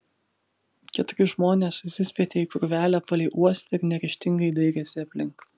keturi žmonės susispietė į krūvelę palei uostą ir neryžtingai dairėsi aplink